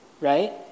right